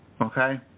Okay